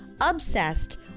obsessed